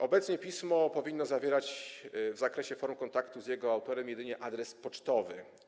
Obecnie pismo powinno zawierać w zakresie form kontaktu z jego autorem jedynie adres pocztowy.